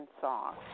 song